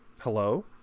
hello